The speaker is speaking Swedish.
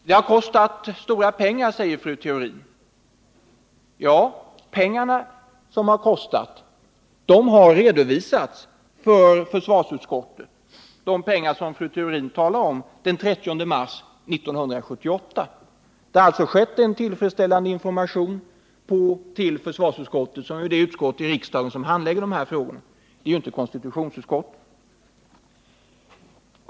Det har kostat stora pengar, säger fru Theorin. Ja, de pengar fru Theorin talade om har den 30 mars 1978 redovisats för försvarsutskottet. Det har alltså skett en tillfredsställande information till försvarsutskottet, som är det utskott i riksdagen som handlägger de här frågorna — det är inte konstitutionsutskottet.